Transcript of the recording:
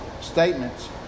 statements